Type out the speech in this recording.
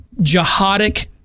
jihadic